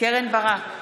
קרן ברק,